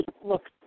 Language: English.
look